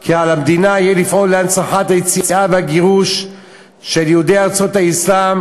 כי על המדינה יהיה לפעול להנצחת היציאה והגירוש של יהודי ארצות האסלאם